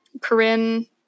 Corinne